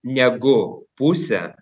negu pusę